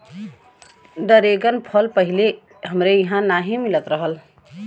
dragon फल पहिले हमरे इहाँ नाही मिलत रहल